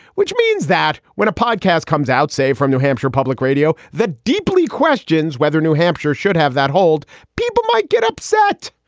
which means that when a podcast comes out safe from new hampshire public radio, that deeply questions whether new hampshire should have that hold. people might get upset.